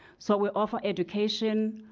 so, we offer education